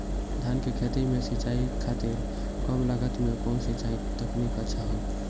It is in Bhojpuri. धान के खेती में सिंचाई खातिर कम लागत में कउन सिंचाई तकनीक अच्छा होई?